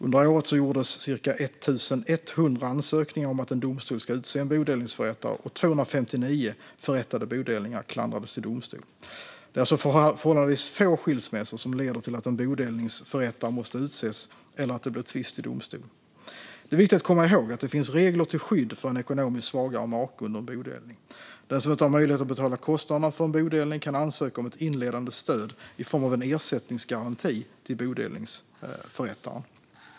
Under året gjordes cirka 1 100 ansökningar om att en domstol skulle utse en bodelningsförrättare, och 259 förrättade bodelningar klandrades till domstol. Det är alltså förhållandevis få skilsmässor som leder till att en bodelningsförrättare måste utses eller till att det blir en tvist i domstol. Det är viktigt att komma ihåg att det finns regler till skydd för en ekonomiskt svagare make under en bodelning. Den som inte har möjlighet att betala kostnaderna för en bodelning kan ansöka om ett inledande stöd i form av en ersättningsgaranti till bodelningsförrättaren.